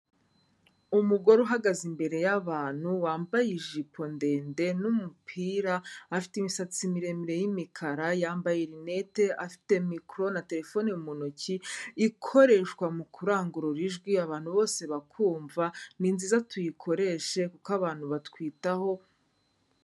Umugore uhagaze imbere y'abantu, wambaye ijipo ndende n'umupira, afite imisatsi miremire y'imikara, yambaye rinete, afite mikoro na terefone mu ntoki ikoreshwa mu kurangurura ijwi abantu bose bakumva, ni nziza tuyikoreshe kuko abantu batwitaho.